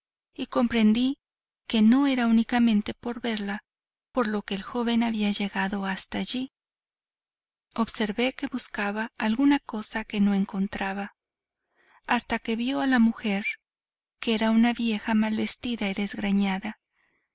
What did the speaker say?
y comprendí que no era únicamente por verla por lo que el joven había llegado hasta allí observé que buscaba alguna cosa que no encontraba hasta que vio a la mujer que era una vieja mal vestida y desgreñada